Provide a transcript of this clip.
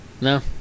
No